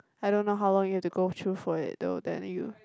I don't know how long you have to go through for it though then you